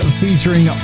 featuring